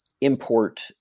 import